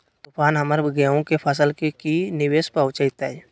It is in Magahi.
तूफान हमर गेंहू के फसल के की निवेस पहुचैताय?